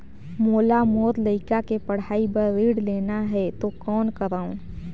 मोला मोर लइका के पढ़ाई बर ऋण लेना है तो कौन करव?